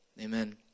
Amen